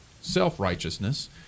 self-righteousness